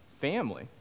family